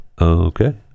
okay